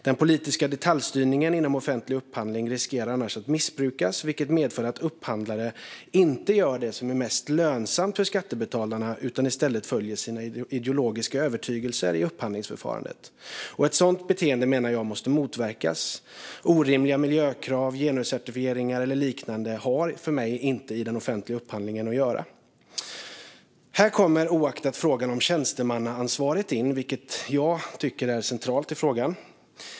Den politiska detaljstyrningen inom offentlig upphandling riskerar att missbrukas, vilket medför att upphandlare inte gör det som är mest lönsamt för skattebetalarna utan i stället följer sin ideologiska övertygelse i upphandlingsförfarandet. Ett sådant beteende menar jag måste motverkas. Orimliga miljökrav, genuscertifieringar eller liknande har, enligt mig, inte i den offentliga upphandlingen att göra. Här kommer frågan om tjänstemannaansvar in, vilket jag tycker är centralt i frågan.